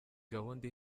gahunda